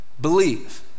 believe